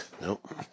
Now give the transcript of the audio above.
Nope